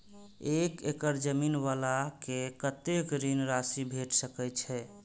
एक एकड़ जमीन वाला के कतेक ऋण राशि भेट सकै छै?